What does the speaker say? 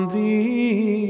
Thee